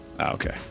Okay